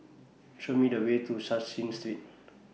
Show Me The Way to Cashin Street